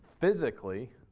physically